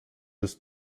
des